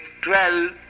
twelve